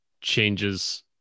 changes